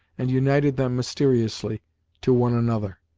and united them mysteriously to one another.